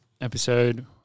episode